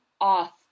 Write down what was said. off